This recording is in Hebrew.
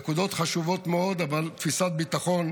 נקודות חשובות מאוד, אבל תפיסת ביטחון,